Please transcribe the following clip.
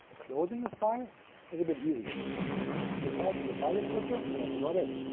closing a file is a bit easier you pass in the file descriptor and that's about it.